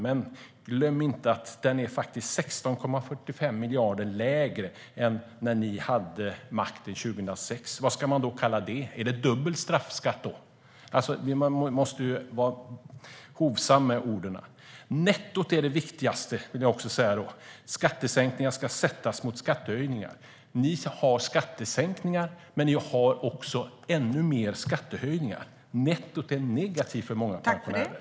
Men glöm inte att den faktiskt är 16,46 miljarder lägre än när den nuvarande oppositionen hade makten 2006. Vad ska man då kalla det? Är det dubbel straffskatt? Man måste vara hovsam med orden. Nettot är det viktigaste. Skattesänkningar ska ställas mot skattehöjningar. Regeringspartierna har skattesänkningar, men de har ännu mer skattehöjningar. Nettot är negativt för många pensionärer.